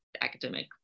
academic